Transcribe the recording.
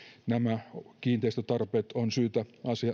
nämä kiinteistötarpeet on syytä